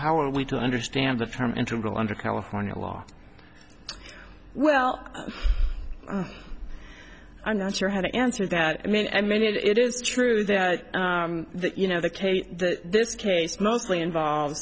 how are we to understand the term integral under california law well i'm not sure how to answer that i mean i mean it is true that that you know the case that this case mostly involve